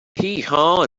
heehaw